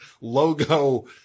logo